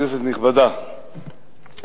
כנסת נכבדה,